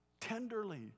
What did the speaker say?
tenderly